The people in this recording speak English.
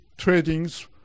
tradings